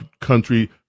country